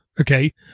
okay